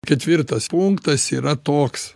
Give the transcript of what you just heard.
ketvirtas punktas yra toks